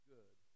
Good